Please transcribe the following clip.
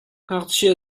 ngakchia